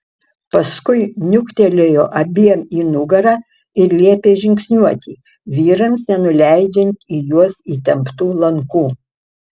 paskui niuktelėjo abiem į nugarą ir liepė žingsniuoti vyrams nenuleidžiant į juos įtemptų lankų